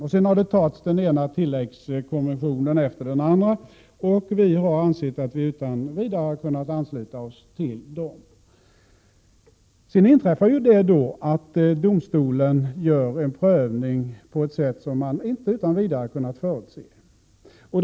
Därefter har den ena tilläggskonventionen efter den andra antagits, och vi har ansett att vi utan vidare kunnat ansluta oss till dem. Sedan inträffar då det att domstolen gör en prövning på ett sätt som inte utan vidare kunnat förutses.